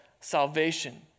salvation